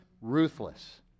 ruthless